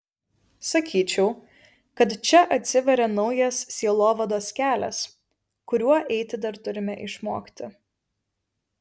sakyčiau kad čia atsiveria naujas sielovados kelias kuriuo eiti dar turime išmokti